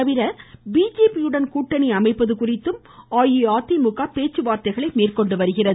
தவிர பிஜேபியுடன் கூட்டணி அமைப்பது குறித்தும் அஇஅதிமுக இது பேச்சுவார்த்தைகளை மேற்கொண்டு வருகிறது